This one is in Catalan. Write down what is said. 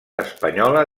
espanyola